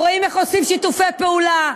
רואים איך עושים שיתופי פעולה,